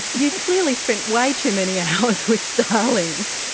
you've clearly spent way too many hours with starlings!